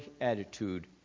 attitude